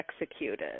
executed